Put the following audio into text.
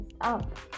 up